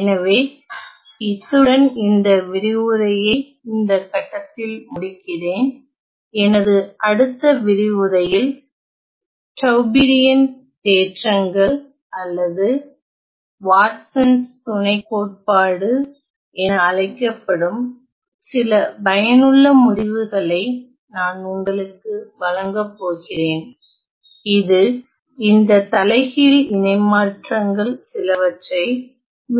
எனவே இத்துடன் இந்த விரிவுரையை இந்த கட்டத்தில் முடிக்கிறேன் எனது அடுத்த விரிவுரையில் டவ்பீரியன் தேற்றங்கள் அல்லது வாட்சன்ஸ் துணைக்கோட்பாடு Watson's lemma என அழைக்கப்படும் சில பயனுள்ள முடிவுகளை நான் உங்களுக்கு வழங்கப் போகிறேன் இது இந்த தலைகீழ் இணை மாற்றங்கள் சிலவற்றை